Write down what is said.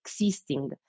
existing